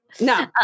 No